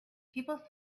people